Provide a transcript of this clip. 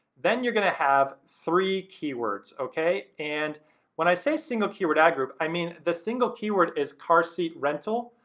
then you're gonna have three keywords, okay? and when i say single keyword ad group, i mean the single keyword is car seat rental.